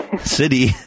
city